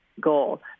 goal